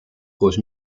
koos